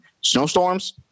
Snowstorms